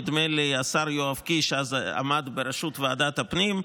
נדמה לי שהשר יואב קיש עמד אז בראשות ועדת הפנים,